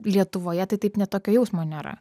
lietuvoje tai taip net tokio jausmo nėra